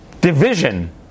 division